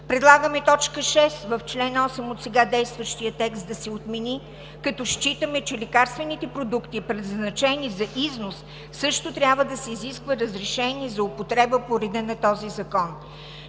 Предлагаме т. 6 в чл. 8 от сега действащия текст да се отмени, като считаме, че за лекарствените продукти предназначени за износ също трябва да се изисква разрешение за употреба по реда на този закон.